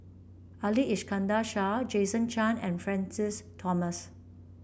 Ali Iskandar Shah Jason Chan and Francis Thomas